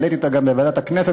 העליתי אותה גם בוועדת הכנסת,